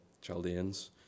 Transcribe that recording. Chaldeans